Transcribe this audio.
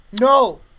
No